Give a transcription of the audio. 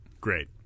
Great